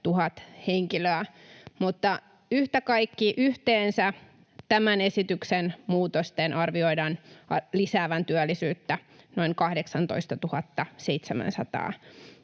1 000 henkilöä. Mutta yhtä kaikki yhteensä tämän esityksen muutosten arvioidaan lisäävän työllisyyttä noin 18 700